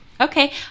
Okay